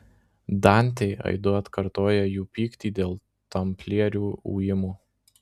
dantė aidu atkartoja jų pyktį dėl tamplierių ujimo